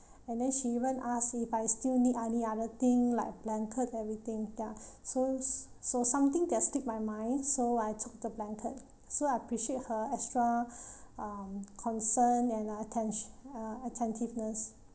and then she even asked me but I still need any other thing like blanket everything yeah so so something that stick my mind so I took the blanket so I appreciate her extra um concern and uh atten~ uh attentiveness